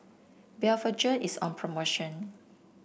Blephagel is on promotion